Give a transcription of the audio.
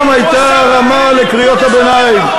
גם הייתה רמה לקריאות הביניים.